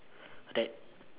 that